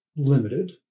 limited